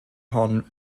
hwn